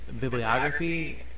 bibliography